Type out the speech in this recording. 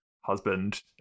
husband